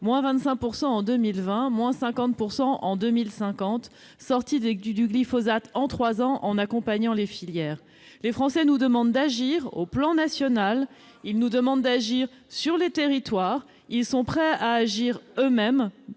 de 25 % en 2020, de 50 % en 2050, de sortie du glyphosate en trois ans, en accompagnant les filières. Les Français nous demandent d'agir au plan national et sur les territoires ; ils sont prêts à agir eux-mêmes.